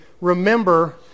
remember